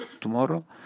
tomorrow